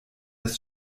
des